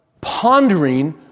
pondering